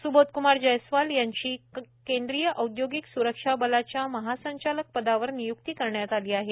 सुबोधकुमार जयस्वाल यांची केंद्रीय औदयोगिक सुरक्षा बलाच्या महासंचालक पदावर नियुक्ती करण्यात आली आहे